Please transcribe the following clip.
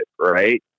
right